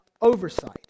oversight